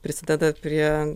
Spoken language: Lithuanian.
prisideda prie